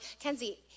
Kenzie